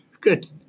Good